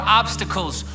obstacles